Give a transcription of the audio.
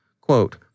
Quote